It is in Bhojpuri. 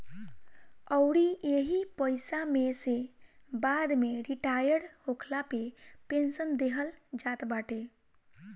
अउरी एही पईसा में से बाद में रिटायर होखला पे पेंशन देहल जात बाटे